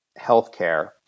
healthcare